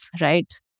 right